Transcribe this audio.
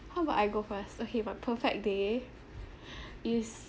how about I go first okay my perfect day is